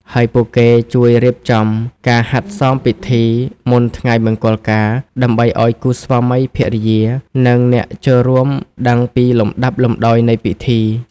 ហើយពួកគេជួយ រៀបចំការហាត់សមពិធី មុនថ្ងៃមង្គលការ ដើម្បីឱ្យគូស្វាមីភរិយា និងអ្នកចូលរួមដឹងពីលំដាប់លំដោយនៃពិធី។